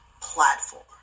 platform